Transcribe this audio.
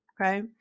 okay